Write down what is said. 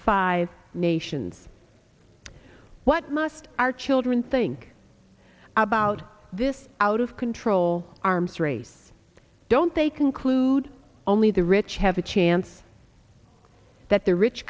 five nations what must our children think about this out of control arms race don't they conclude only the rich have a chance that the rich